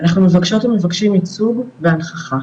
אנחנו מבקשות ומבקשים ייצוג והנכחה,